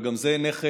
וגם זה נכס,